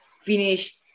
finish